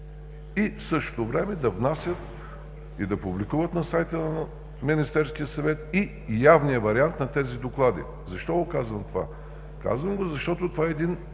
и в същото време да внасят и да публикуват на сайта на Министерския съвет и явния вариант на тези доклади. Защо го казвам това? Казвам го, защото това е един